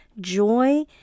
Joy